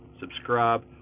subscribe